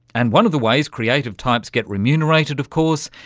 and one of the ways creative types get remunerated, of course,